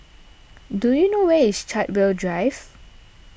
do you know where is Chartwell Drive